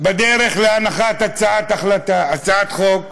בדרך להנחת הצעת חוק: